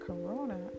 corona